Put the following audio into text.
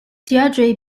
deirdre